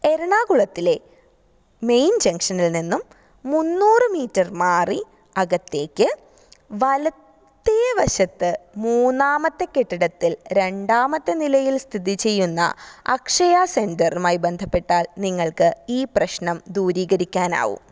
എറണാകുളത്തിലെ main ജംഗ്ഷനില് നിന്നും മുന്നൂറ് മീറ്റര് മാറി അകത്തേക്ക് വലത്തേ വശത്ത് മൂന്നാമത്തെ കെട്ടിടത്തില് രണ്ടാമത്തെ നിലയില് സ്ഥിതിചെയ്യുന്ന അക്ഷയ സെന്ററുമായി ബന്ധപ്പെട്ടാല് നിങ്ങള്ക്ക് ഈ പ്രശ്നം ദൂരീകരിക്കാനാവും